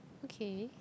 okay